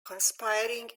conspiring